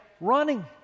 running